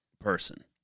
person